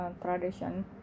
tradition